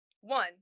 One